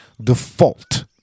default